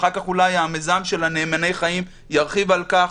אחר כך אולי המיזם של "נאמני החיים" ירחיב על כך.